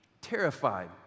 Terrified